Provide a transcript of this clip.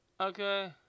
Okay